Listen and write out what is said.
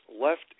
left